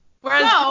Whereas